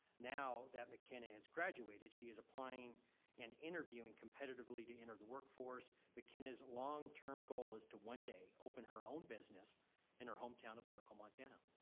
now that mckinna has graduates, she is applying and interviewing competitively to enter the workforce. mckinna's long term goal is to one day open her own business in her hometown hometown of circle, montana.